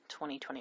2021